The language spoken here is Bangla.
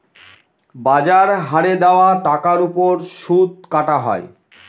বাজার হারে দেওয়া টাকার ওপর সুদ কাটা হয়